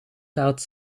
telt